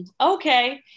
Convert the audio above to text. okay